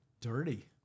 dirty